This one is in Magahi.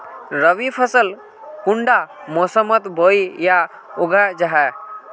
रवि फसल कुंडा मोसमोत बोई या उगाहा जाहा?